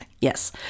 Yes